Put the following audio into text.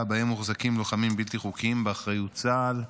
שבהם מוחזקים לוחמים בלתי חוקיים באחריות צה"ל.